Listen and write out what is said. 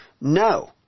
No